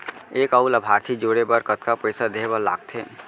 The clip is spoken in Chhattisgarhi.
एक अऊ लाभार्थी जोड़े बर कतका पइसा देहे बर लागथे?